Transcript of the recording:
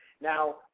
Now